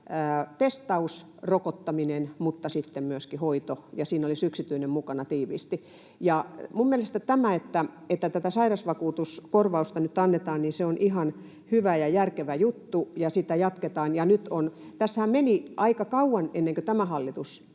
testaus, rokottaminen mutta myöskin hoito, ja siinä olisi yksityinen mukana tiiviisti. Minun mielestäni tämä, että tätä sairausvakuutuskorvausta nyt annetaan, on ihan hyvä ja järkevä juttu, ja sitä jatketaan. Tässähän meni aika kauan, ennen kuin tämä hallitus